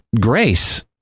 grace